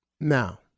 Now